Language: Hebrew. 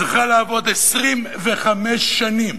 צריכה לעבוד 25 שנים